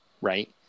right